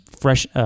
fresh